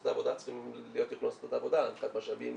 את העבודה צריך לדעת איך לעשות את העבודה מבחינת משאבים